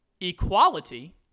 Equality